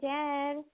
Dead